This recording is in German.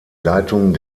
leitung